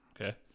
Okay